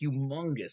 humongous